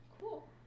Cool